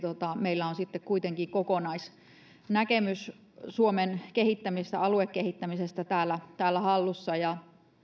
meillä on kuitenkin kokonaisnäkemys suomen aluekehittämisestä täällä täällä hallussa ja